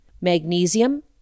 Magnesium